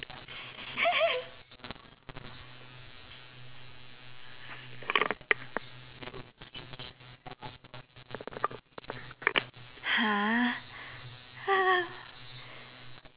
!huh!